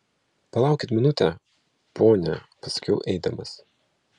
palaukit minutę pone pasakiau eidamas